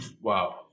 Wow